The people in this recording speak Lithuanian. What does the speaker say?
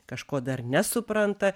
kažko dar nesupranta